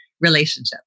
relationship